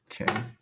Okay